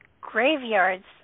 graveyards